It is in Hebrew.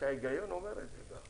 ההיגיון גם אומר את זה.